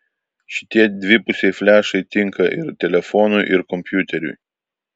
šitie dvipusiai flešai tinka ir telefonui ir kompiuteriui